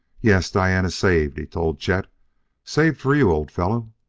yes, diane is saved, he told chet saved for you, old fellow.